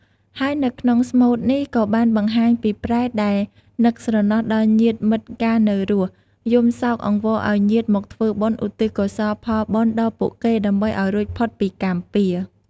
ហើយនៅក្នុងស្មូត នេះក៏បានបង្ហាញពីប្រេតដែលនឹកស្រណោះដល់ញាតិមិត្តកាលនៅរស់ យំសោកអង្វរឲ្យញាតិមកធ្វើបុណ្យឧទ្ទិសកុសលផលបុណ្យដល់ពួកគេ ដើម្បីឲ្យរួចផុតពីកម្មពារ។